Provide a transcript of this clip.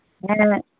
ᱦᱮᱸ